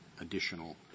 additional